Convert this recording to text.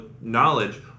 knowledge